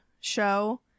show